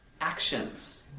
actions